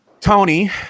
Tony